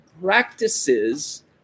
practices